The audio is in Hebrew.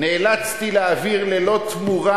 נאלצתי להעביר, ללא תמורה,